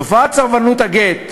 תופעת סרבנות הגט,